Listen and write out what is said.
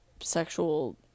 sexual